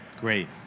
Great